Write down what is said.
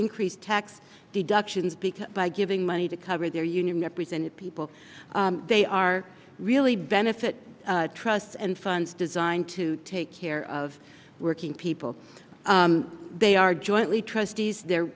increase tax deductions because by giving money to cover their union represented people they are really benefit trusts and funds designed to take care of working people they are jointly trustees they're